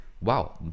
wow